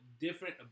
different